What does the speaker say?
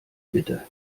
bitte